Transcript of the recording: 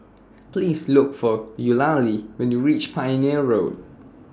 Please Look For Eulalie when YOU REACH Pioneer Road